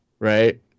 Right